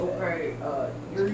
Okay